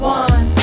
one